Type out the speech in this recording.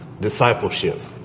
discipleship